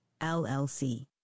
LLC